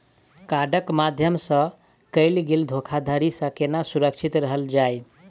कार्डक माध्यम सँ कैल गेल धोखाधड़ी सँ केना सुरक्षित रहल जाए?